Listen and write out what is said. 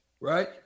Right